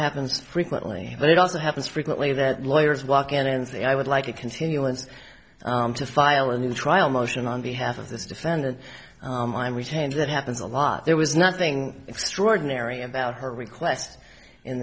happens frequently but it also happens frequently that lawyers walk in and say i would like a continuance to file a new trial motion on behalf of this defendant i'm retained that happens a lot there was nothing extraordinary about her request in